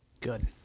Good